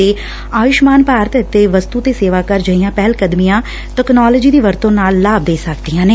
ਅਤੇ ਆਯੂਸ਼ਮਾਨ ਭਾਰਤ ਅਤੇ ਵਸਤੂ ਤੇ ਸੇਵਾ ਕਰ ਜਿਹੀਆਂ ਪਹਿਲ ਕਦਮੀਆਂ ਤਕਨਾਲੋਜੀਆਂ ਦੀ ਵਰਤੋਂ ਨਾਲ ਲਾਭ ਦੇ ਸਕਦੀਆਂ ਨੇ